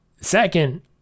Second